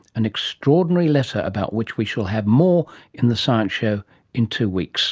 an extraordinary letter about which we shall have more in the science show in two weeks